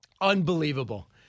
Unbelievable